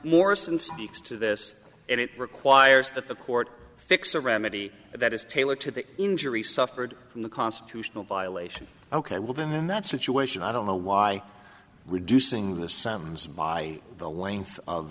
speaks to this and it requires that the court fix a remedy that is tailored to the injury suffered from the constitutional violation ok well then in that situation i don't know why reducing the sums by the length of